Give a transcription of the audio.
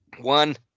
One